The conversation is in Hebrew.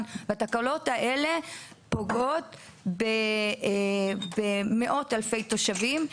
והתקלות האלה פוגעות במאות אלפי תושבים.